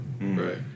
Right